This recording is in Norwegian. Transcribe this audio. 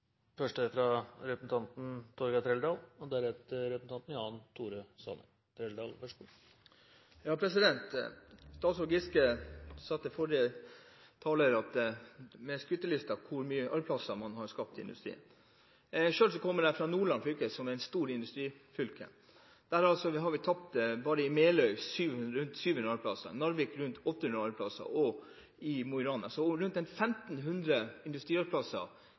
Torgeir Trældal. Statsråd Giske fortalte forrige taler – ut fra skrytelisten – hvor mange arbeidsplasser man har skapt i industrien. Selv kommer jeg fra Nordland fylke, som er et stort industrifylke. Vi har bare i Meløy tapt rundt 700 arbeidsplasser, i Narvik rundt 800 arbeidsplasser – og også i Mo i Rana.